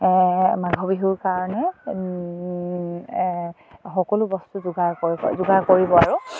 মাঘ বিহুৰ কাৰণে সকলো বস্তু যোগাৰ কৰিব যোগাৰ কৰিব আৰু